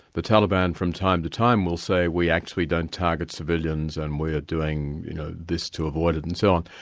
the taliban from time to time will say, we actually don't target civilians and we are doing you know this to avoid it, and so on.